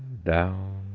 down,